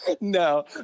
No